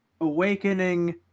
Awakening